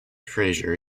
fraser